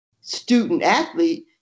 student-athlete